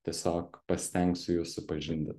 tiesiog pasistengsiu jus supažindint